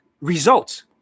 results